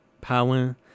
power